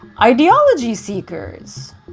Ideology-seekers